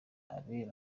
abere